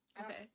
Okay